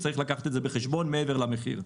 וזה גם משהו שצריך לקחת בחשבון לצד המחיר.